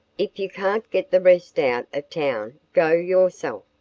if you can't get the rest out of town go yourself,